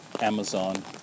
Amazon